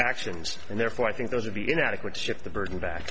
actions and therefore i think those would be inadequate shift the burden back